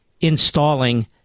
installing